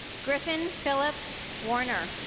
griffin phillips warner